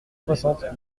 soixante